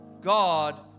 God